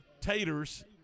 taters